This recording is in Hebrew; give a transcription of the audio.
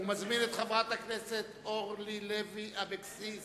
אני מזמין את חברת הכנסת אורלי לוי אבקסיס